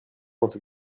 cette